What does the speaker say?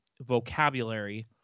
vocabulary